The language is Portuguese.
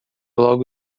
logo